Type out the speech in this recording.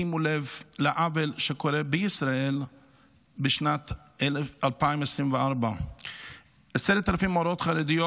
שימו לב לעוול שקורה בישראל בשנת 2024. 10,000 מורות חרדיות